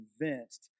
convinced